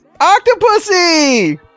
Octopussy